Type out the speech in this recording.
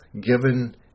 given